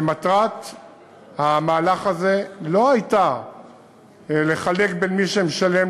שמטרת המהלך הזה לא הייתה לחלק בין מי שמשלם